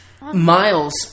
Miles